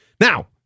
Now